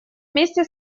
вместе